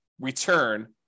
return